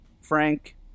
Frank